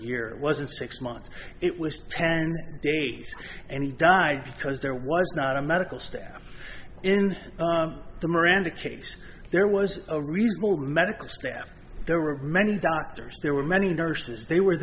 it wasn't six months it was ten days and he died because there was not a medical staff in the miranda case there was a reasonable medical staff there were many doctors there were many nurses they were